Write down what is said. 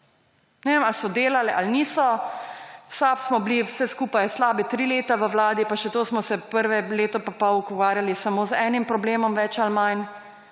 Ne vem, ali so delale ali niso. V SAB smo bili vse skupaj slaba tri leta v vladi, pa še to smo se prvo leto in pol ukvarjali samo z enim problemom več ali manj,